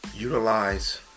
Utilize